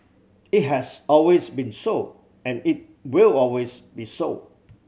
it has always been so and it will always be so